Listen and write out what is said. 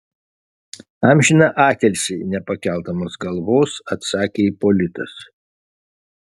amžiną atilsį nepakeldamas galvos atsakė ipolitas